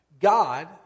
God